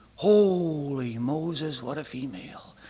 holy moses what a female.